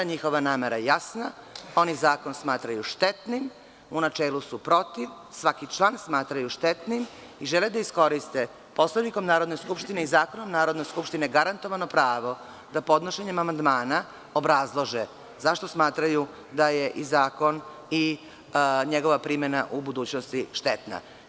Njihova namera je jasna, oni zakon smatraju štetnim, u načelu su protiv, svaki član smatraju štetnim i žele da iskoriste Poslovnikom Narodne skupštine i Zakonom Narodne skupštine garantovano pravo da podnošenjem amandmana obrazlože zašto smatraju da je i zakon i njegova primena u budućnosti štetna.